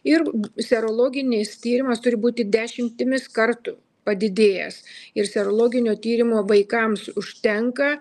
ir serologinis tyrimas turi būti dešimtimis kartų padidėjęs ir serologinio tyrimo vaikams užtenka